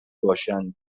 باشند